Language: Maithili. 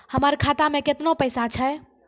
हमर खाता मैं केतना पैसा छह?